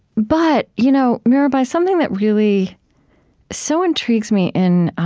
but, you know mirabai, something that really so intrigues me in